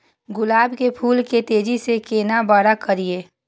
गुलाब के फूल के तेजी से केना बड़ा करिए?